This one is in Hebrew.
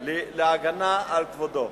להגנה על כבודו.